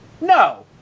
No